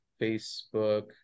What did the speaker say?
Facebook